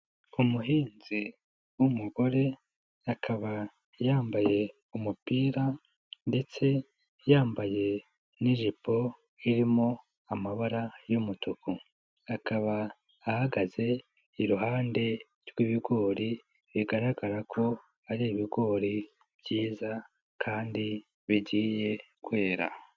Umuhinzi w'umugore akaba yambaye umupira ndetse yambaye ni'ijipo irimo amabara y'umutuku. Akaba ahagaze iruhande rw'ibigori, bigaragara ko ari ibigori byiza kandi bigiye kwera.